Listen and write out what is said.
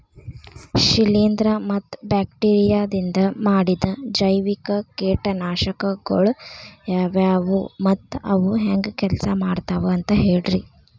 ಶಿಲೇಂಧ್ರ ಮತ್ತ ಬ್ಯಾಕ್ಟೇರಿಯದಿಂದ ಮಾಡಿದ ಜೈವಿಕ ಕೇಟನಾಶಕಗೊಳ ಯಾವ್ಯಾವು ಮತ್ತ ಅವು ಹೆಂಗ್ ಕೆಲ್ಸ ಮಾಡ್ತಾವ ಅಂತ ಹೇಳ್ರಿ?